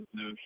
no